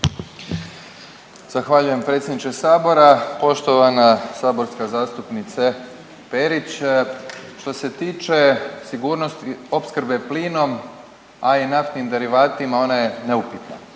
Zahvaljujem predsjedniče Sabora. Poštovana saborska zastupnice Perić što se tiče sigurnosti opskrbe plinom, a i naftnim derivatima ona je neupitna.